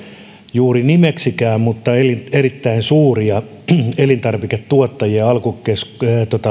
juuri nimeksikään mutta jotka ovat erittäin suuria elintarviketuottajia alkukasvatuksen